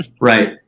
Right